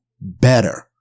better